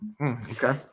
Okay